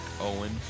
Owen